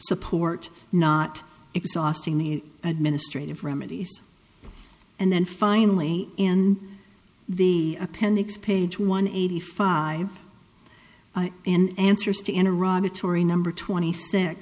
support not exhausting the administrative remedies and then finally in the appendix page one eighty five and answers to enter rob atory number twenty six